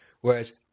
whereas